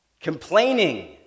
complaining